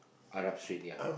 Arab-Street yeah